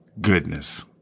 goodness